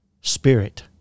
spirit